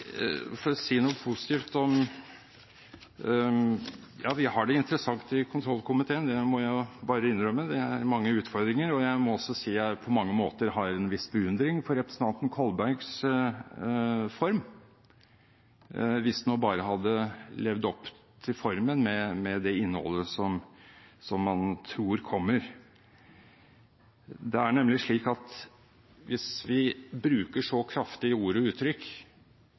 for å si noe positivt: Ja, vi har det interessant i kontrollkomiteen. Det må jeg bare innrømme. Det er mange utfordringer. Jeg må også si at jeg på mange måter har en viss beundring for representanten Kolbergs form hvis man bare hadde levd opp til formen med det innholdet som man tror kommer. Det er nemlig slik at hvis vi bruker så kraftige ord og uttrykk